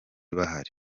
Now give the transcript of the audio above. bahari